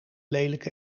lelijke